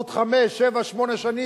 בעוד חמש, שבע, שמונה שנים,